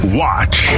watch